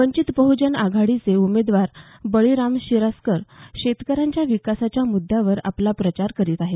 वंचित बहुजन आघाडीचे उमेदवार बळीराम सिरस्कार शेतकऱ्यांच्या विकासाच्या मुद्द्यावर आपला प्रचार करीत आहेत